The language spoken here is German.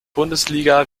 bundesliga